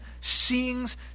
sings